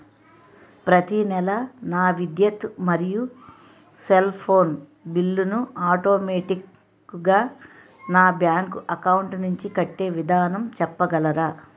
ప్రతి నెల నా విద్యుత్ మరియు సెల్ ఫోన్ బిల్లు ను ఆటోమేటిక్ గా నా బ్యాంక్ అకౌంట్ నుంచి కట్టే విధానం చెప్పగలరా?